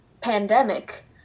pandemic